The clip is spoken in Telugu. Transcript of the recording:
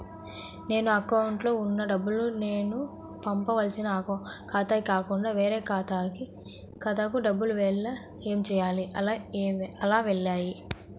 నేను నా అకౌంట్లో వున్న డబ్బులు నేను పంపవలసిన ఖాతాకి కాకుండా వేరే ఖాతాకు డబ్బులు వెళ్తే ఏంచేయాలి? అలా వెళ్తాయా?